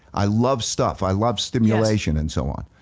i love stuff, i love stimulation and so on.